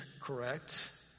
correct